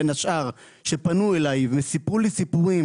בין השאר שפנו אליי וסיפרו לי סיפורים